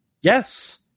Yes